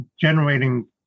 generating